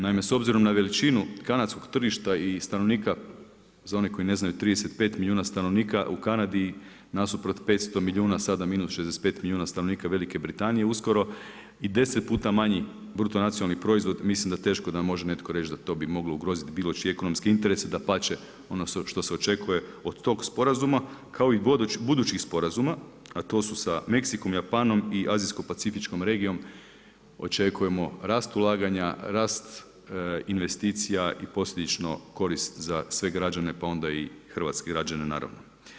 Naime s obzirom na veličinu Kanadskom tržišta i stanovnika, za one koji ne znaju 35 milijuna stanovnika u Kanadi nasuprot 500 milijuna sada minus 65 milijuna stanovnika Velike Britanije uskoro i 10 puta manji BDP, mislim da teško da može netko reći da to bi moglo ugroziti bilo čije ekonomske interese, da pače ono što se očekuje od tog sporazuma, kao i budućih sporazuma, a to su sa Meksikom, Japanom i Azijsko pacifičkom regijom, očekujemo, rast ulaganja, rast investicija i posljedično korist za sve građane, pa onda i hrvatske građane naravno.